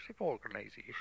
organisation